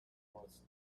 was